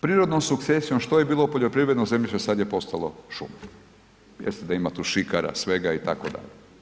Prirodnom sukcesijom što je bilo poljoprivredno zemljište sad je postalo šuma, jeste da ima tu šikara, svega itd.